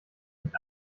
nicht